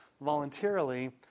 voluntarily